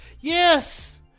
Yes